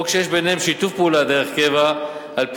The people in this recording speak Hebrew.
או כשיש ביניהם שיתוף פעולה דרך קבע על-פי